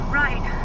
right